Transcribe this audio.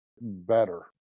better